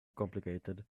complicated